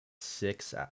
six